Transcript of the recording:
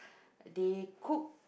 they cook